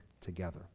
together